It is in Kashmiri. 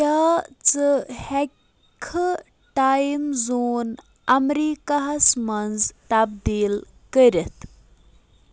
کیٛاہ ژٕ ہیٚکِکھا ٹایم زون امریکہ ہَس منٛز تبدیٖل کٔرِتھ